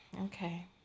okay